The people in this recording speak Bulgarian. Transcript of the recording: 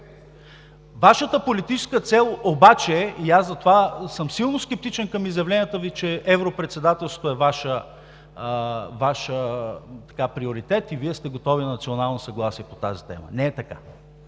Вашата политическа цел обаче е, и аз затова съм силно скептичен към изявленията Ви, че европредседателството е Ваш приоритет и Вие сте готови на национално съгласие по тази тема. Не е така.